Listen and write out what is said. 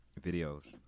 videos